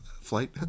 flight